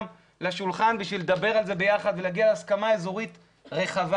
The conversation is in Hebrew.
לשולחן כדי לדבר על זה ביחד ולהגיע להסכמה אזורית רחבה.